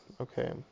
okay